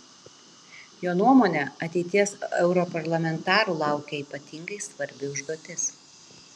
jo nuomone ateities europarlamentarų laukia ypatingai svarbi užduotis